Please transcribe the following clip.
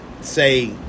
say